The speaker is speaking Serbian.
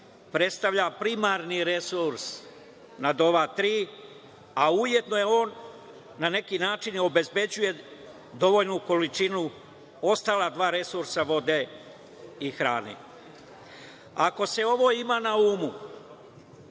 predstavlja primarni resurs nad ova tri, a ujedno on, na neki način, obezbeđuje dovoljnu količinu ostala dva resursa vode i hrane. Ako se ovo ima na umu,